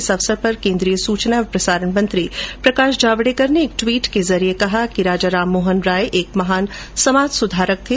इस अवसर पर कोन्द्रीय सूचना और प्रसारण मंत्री प्रकाश जावडेकर ने एक ट्वीट के जरिए कहा कि राजाराम मोहनराय एक महान समाज सुधारक थे